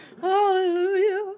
Hallelujah